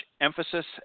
emphasis